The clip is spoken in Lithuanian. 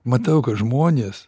matau kad žmonės